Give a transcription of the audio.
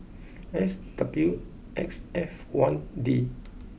S W X F one D